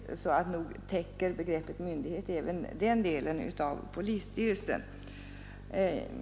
Begreppet ”myndighet” torde därför vara tillämpligt även på polisstyrelsen.